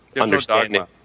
understanding